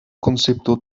concepto